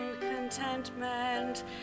contentment